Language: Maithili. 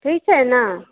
ठीक छै ने